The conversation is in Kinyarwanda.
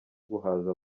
guhaza